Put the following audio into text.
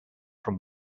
from